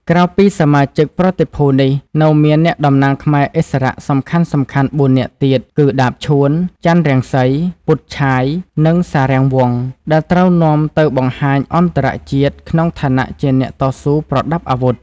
ក្រៅពីសមាជិកប្រតិភូនេះ នៅមានអ្នក តំណាងខ្មែរឥស្សរៈសំខាន់ៗបួននាក់ទៀត គឺដាប ឈួន ចន្ទរង្សី ពុត ឆាយ និង សារាំងវង្ស ដែលត្រូវនាំ ទៅបង្ហាញអន្តរជាតិ ក្នុងឋានៈជាអ្នកតស៊ូប្រដាប់អាវុធ។